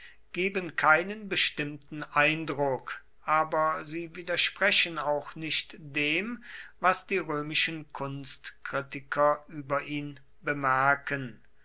geben keinen bestimmten eindruck aber sie widersprechen auch nicht dem was die römischen kunstkritiker über ihn bemerken